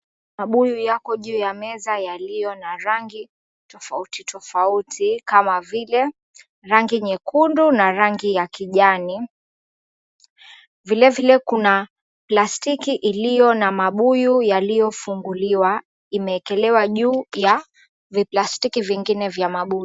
Mabuyu yako juu ya meza yaliyo na rangi tofauti tofauti kama vile rangi nyekundu na rangi ya kijani. Vilevile kuna plastiki iliyo na mabuyu yaliyofunguliwa, imeekelewa juu ya viplastiki vingine vya mabuyu.